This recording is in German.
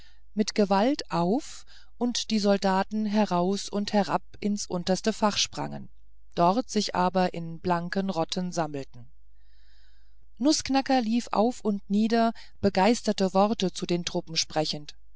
mit gewalt auf und die soldaten heraus und herab ins unterste fach sprangen dort sich aber in blanken rotten sammelten nußknacker lief auf und nieder begeisterte worte zu den truppen sprechend